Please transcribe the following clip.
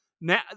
now